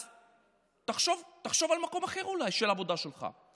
אז אולי תחשוב על מקום אחר לעבודה שלך.